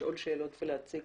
לשאול שאלות ולהציק